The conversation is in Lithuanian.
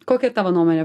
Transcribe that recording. kokia tavo nuomonė